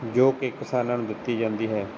ਜੋ ਕਿ ਕਿਸਾਨਾਂ ਨੂੰ ਦਿੱਤੀ ਜਾਂਦੀ ਹੈ